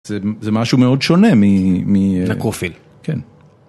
זה משהו מאוד שונה מ... נקרופיל. כן.